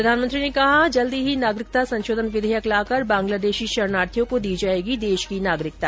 प्रधानमंत्री ने कहा जल्दी ही नागरिकता संशोधन विधेयक लाकर बांग्लादेशी शरणार्थियों को दी जायेगी देश की नागरिकता